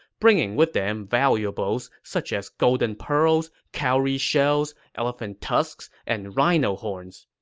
bringing with them valuables such as golden pearls, cowry shells, elephant tusks, and rhino horns.